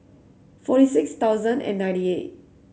forty six thousand and ninety eight